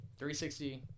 360